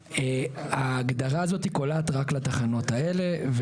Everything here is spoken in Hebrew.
ההגדרה הזאת קולעת רק לתחנות האלה,